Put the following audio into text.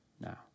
now